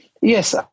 Yes